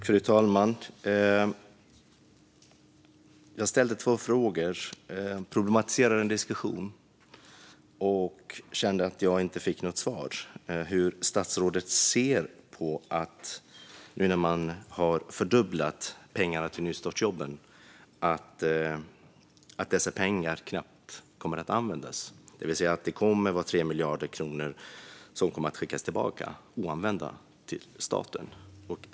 Fru talman! Jag ställde två frågor som problematiserar en diskussion. Jag fick inte något svar på hur statsrådet ser på det faktum att nu när man har fördubblat pengarna till nystartsjobben kommer dessa pengar knappt att användas. Det vill säga att 3 miljarder kronor kommer att skickas tillbaka oanvända till staten.